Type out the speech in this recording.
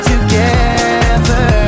Together